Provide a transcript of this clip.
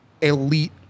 elite